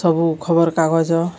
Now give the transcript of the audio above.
ସବୁ ଖବରକାଗଜ